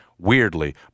Weirdly